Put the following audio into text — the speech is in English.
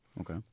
Okay